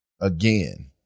Again